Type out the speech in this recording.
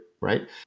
right